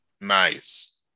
Nice